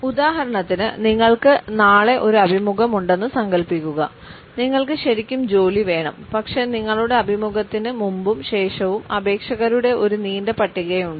ഉദാഹരണത്തിന് നിങ്ങൾക്ക് നാളെ ഒരു അഭിമുഖം ഉണ്ടെന്ന് സങ്കൽപ്പിക്കുക നിങ്ങൾക്ക് ശരിക്കും ജോലി വേണം പക്ഷേ നിങ്ങളുടെ അഭിമുഖത്തിന് മുമ്പും ശേഷവും അപേക്ഷകരുടെ ഒരു നീണ്ട പട്ടികയുണ്ട്